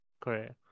correct